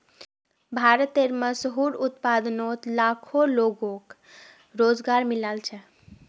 भारतेर मशहूर उत्पादनोत लाखों लोगोक रोज़गार मिलाल छे